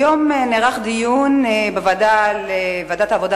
היום נערך דיון בוועדת העבודה,